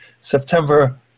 September